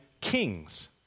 kings